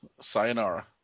sayonara